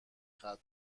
ختم